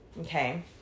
Okay